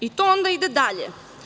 I, to onda ide dalje.